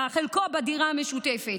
חלקו בדירה המשותפת,